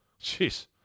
jeez